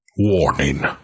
Warning